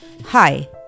Hi